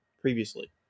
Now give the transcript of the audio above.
previously